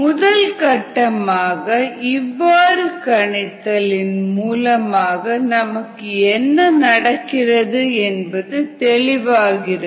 முதல் கட்டமாக இவ்வாறு கணித்தல் இன் மூலமாக நமக்கு என்ன நடக்கிறது என்பது தெளிவாகிறது